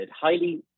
highly